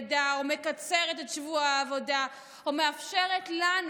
לידה או מקצרת את שבוע העבודה או מאפשרת לנו,